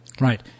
Right